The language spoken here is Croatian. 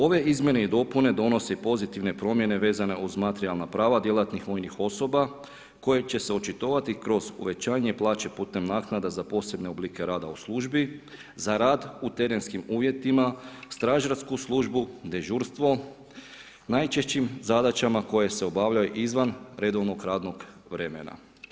Ove izmjene i dopune donose pozitivne promjene vezane uz materijalna prava djelatnih vojnih osoba koje će se očitovati kroz uvećanje plaće putem naknada za posebne oblike rada u službi, za rad u terenskim uvjetima, stražarsku službu, dežurstvo, najčešćim zadaćama koje se obavljaju izvan redovnog radnog vremena.